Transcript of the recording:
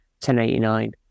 1089